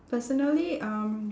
personally um